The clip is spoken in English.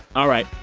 all right.